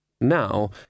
Now